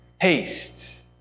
haste